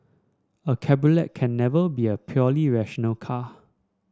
a cabriolet can never be a purely rational car